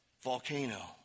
Volcano